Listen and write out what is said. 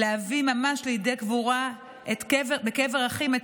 ממש להביא לידי קבורה בקבר אחים את